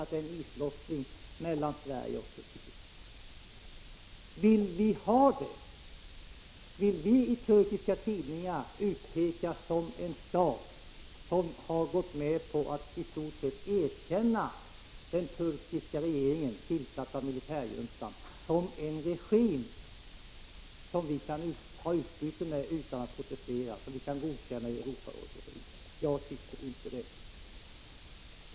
1985/86:49 Sverige och Turkiet. Vill vi ha det så? Vill vi i turkiska tidningar bli utpekade 11 december 1985 som den stat som har gått med på att i stort sett erkänna den turkiska regeringen, militärjuntan, som en regim som vi kan ha utbyte med utan att protestera och som vi kan godkänna i Europarådet? Jag tycker inte det!